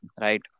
right